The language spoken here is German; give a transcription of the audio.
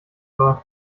soll